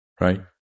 Right